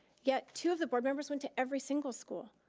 yet, two of the board members went to every single school.